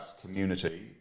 community